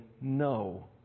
no